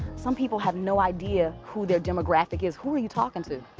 some people have no idea who their demographic is. who are you talking to?